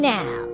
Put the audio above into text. now